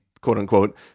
quote-unquote